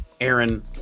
Aaron